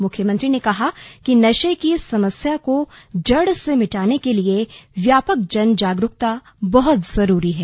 मुख्यमंत्री ने कहा कि नशे की समस्या को जड़ से मिटाने के लिए व्यापक जन जागरूकता बहुत जरूरी है